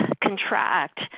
contract